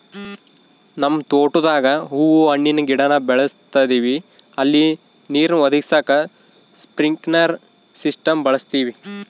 ನಮ್ ತೋಟುದಾಗ ಹೂವು ಹಣ್ಣಿನ್ ಗಿಡಾನ ಬೆಳುಸ್ತದಿವಿ ಅಲ್ಲಿ ನೀರ್ನ ಒದಗಿಸಾಕ ಸ್ಪ್ರಿನ್ಕ್ಲೆರ್ ಸಿಸ್ಟಮ್ನ ಬಳುಸ್ತೀವಿ